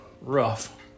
rough